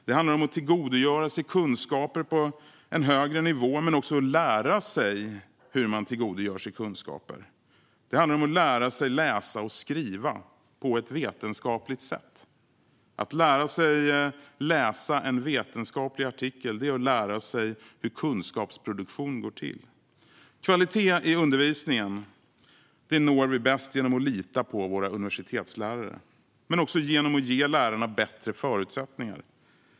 Det handlar om att tillgodogöra sig kunskaper på en högre nivå, men också att lära sig hur man tillgodogör sig kunskaper. Det handlar om att lära sig läsa och skriva på ett vetenskapligt sätt. Att lära sig läsa en vetenskaplig artikel är att lära sig hur kunskapsproduktion går till. Kvalitet i undervisningen når vi bäst genom att lita på våra universitetslärare, men också genom att ge lärarna bättre förutsättningar.